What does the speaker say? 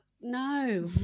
No